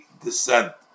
descent